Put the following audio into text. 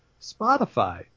Spotify